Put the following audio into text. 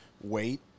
wait